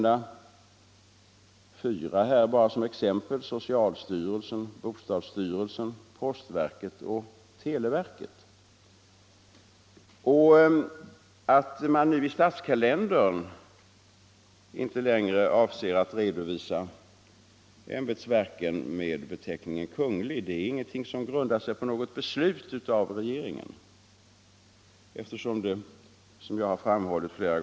Ja, det måste bero på att man på något sätt tycker att man inte vill redovisa detta, eftersom man medger att det kanske inte rimmar med den överenskommelse som den nya författningen bygger på i detta avseende. Jag upprepar — herr Geijer sade ingenting om det — att påpekandet i vår grundlagsmotion lämnades oemotsagt av utskottet, och jag understryker att herr Geijer själv har sagt att kungen skall ha ceremoniella, representativa och symboliserande funktioner — men det är just det som man nu håller på att plocka bort! Det är därför jag vågat säga att uppträdandet inte bara är något som sker i smyg, utan det är också svekfullt. Herr Geijer påpekade på nytt att många ämbetsverk och myndigheter själva — han anförde fyra exempel, bl.a. bostadsstyrelsen och socialstyrelsen — tvättat bort benämningen Kungl.